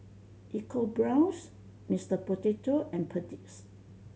EcoBrown's Mister Potato and Perdix